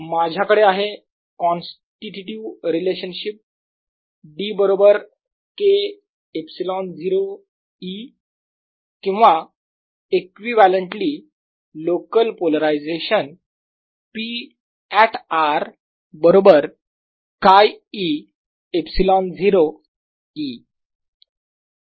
माझ्याकडे आहे constitutive relationship - D बरोबर K ε0 E किंवा equivalently local polarisation P at r बरोबर 𝝌e ε0 E